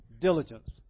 diligence